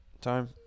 time